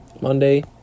Monday